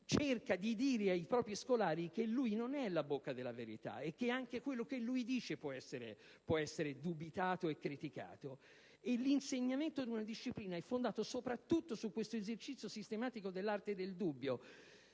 cerca di dire ai propri scolari che lui non è la bocca della verità e che anche quello che lui dice può essere oggetto di dubbio e di critica. L'insegnamento di una disciplina è fondato soprattutto su questo esercizio sistematico dell'arte del dubbio.